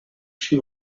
she